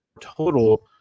total